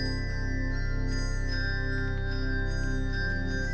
sure